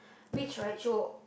witch right she will